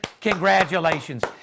Congratulations